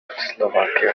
slovakia